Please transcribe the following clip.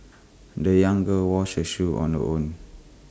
the young girl washed her shoes on her own